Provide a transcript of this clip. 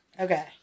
okay